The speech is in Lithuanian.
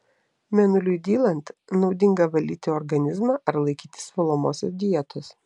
mėnuliui dylant naudinga valyti organizmą ar laikytis valomosios dietos